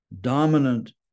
dominant